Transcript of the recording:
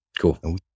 Cool